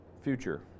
Future